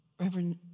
Reverend